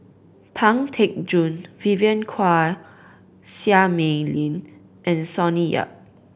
Pang Teck Joon Vivien Quahe Seah Mei Lin and Sonny Yap